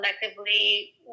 collectively